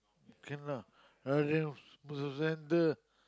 can lah rather than Mustafa-Centre